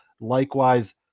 likewise